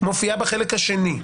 מופיעה בחלק השני.